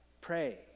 pray